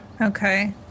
Okay